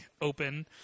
open